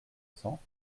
cents